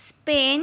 Spain